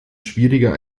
schwieriger